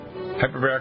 hyperbaric